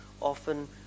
often